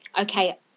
okay